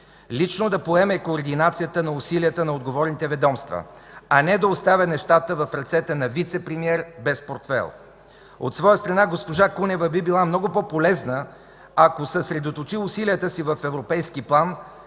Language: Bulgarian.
лично да поеме координацията на усилията на отговорните ведомства, а не да оставя нещата в ръцете на вицепремиер без портфейл. От своя страна, госпожа Кунева би била много по-полезна, ако съсредоточи усилията си в европейски план,